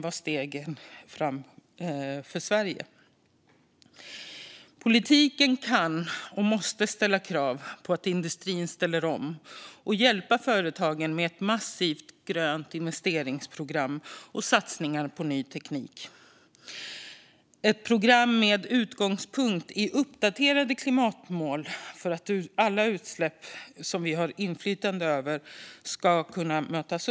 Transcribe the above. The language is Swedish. Det är stegen framåt för Sverige. Politiken kan och måste ställa krav på att industrin ställer om och hjälpa företagen med ett massivt grönt investeringsprogram och satsningar på ny teknik. Det ska vara ett program med utgångspunkt i uppdaterade klimatmål för att alla utsläpp som vi har inflytande över ska kunna mötas.